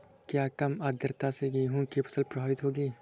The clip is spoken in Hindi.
क्या कम आर्द्रता से गेहूँ की फसल प्रभावित होगी?